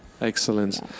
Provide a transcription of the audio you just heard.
Excellent